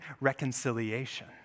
reconciliation